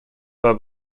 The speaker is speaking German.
war